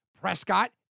Prescott